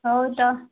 ହେଉ ତ